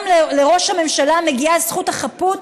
גם לראש הממשלה מגיעה זכות החפות,